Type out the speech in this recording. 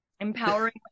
empowering